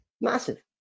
Massive